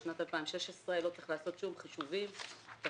לשנת 2016. לא צריך לעשות שום חישובים ותחשיבים.